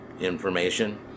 information